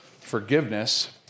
forgiveness